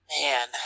Man